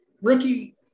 rookie